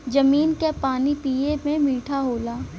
जमीन क पानी पिए में मीठा होला